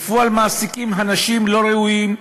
בפועל מעסיקים אנשים לא ראויים,